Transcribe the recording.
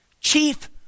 chief